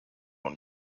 own